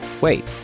wait